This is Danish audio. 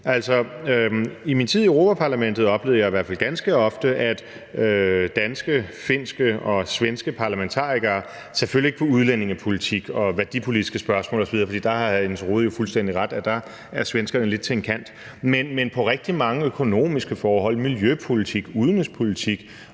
I min tid i Europa-Parlamentet oplevede jeg i hvert fald ganske ofte, at danske, finske og svenske parlamentarikere selvfølgelig ikke kunne koordinere i forhold til udlændingepolitik og værdipolitiske spørgsmål osv., for hr. Jens Rohde jo fuldstændig ret i, at der er svenskerne jo lidt til en side. Men i forhold til rigtig mange økonomiske forhold, miljøpolitik, udenrigspolitik